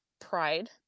pride